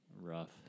Rough